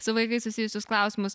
su vaikais susijusius klausimus